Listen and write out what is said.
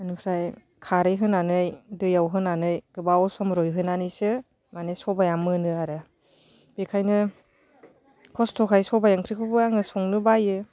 बेनिफ्राय खारै होनानै दैयाव होनानै गोबाव सम रुहोनानैसो माने सबाइया मोनो आरो बेखायनो खस्थ'खाय सबाइ ओंख्रिखौबो आङो संनो बायो